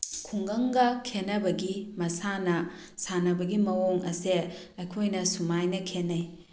ꯈꯨꯡꯒꯪꯒ ꯈꯦꯠꯅꯕꯒꯤ ꯃꯁꯥꯟꯅ ꯁꯥꯟꯅꯕꯒꯤ ꯃꯑꯣꯡ ꯑꯁꯦ ꯑꯩꯈꯣꯏꯅ ꯁꯨꯃꯥꯏꯅ ꯈꯦꯠꯅꯩ